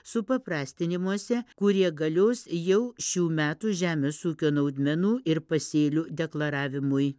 supaprastinimuose kurie galios jau šių metų žemės ūkio naudmenų ir pasėlių deklaravimui